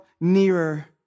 nearer